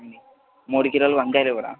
మూడు కిలోలు వంకాయలివ్వరా